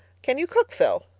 can you cook, phil?